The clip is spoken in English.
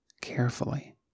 carefully